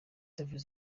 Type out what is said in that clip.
davis